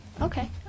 Okay